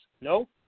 No